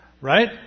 right